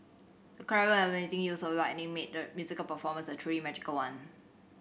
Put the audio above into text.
the clever and amazing use of lighting made the musical performance a truly magical one